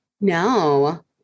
No